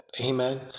Amen